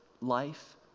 life